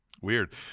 Weird